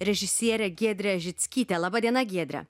režisierę giedrę žickytę laba diena giedre